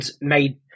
made